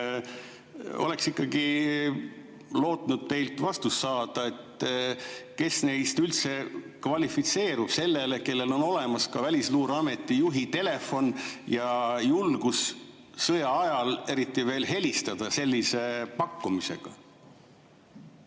Oleks ikkagi lootnud teilt vastust saada, kes neist üldse kvalifitseerub selleks, et tal on olemas Välisluureameti juhi telefon ja julgus, eriti veel sõja ajal, helistada sellise pakkumisega.